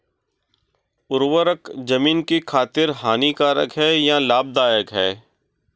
उर्वरक ज़मीन की खातिर हानिकारक है या लाभदायक है?